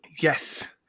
Yes